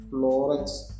Florence